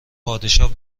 پادشاه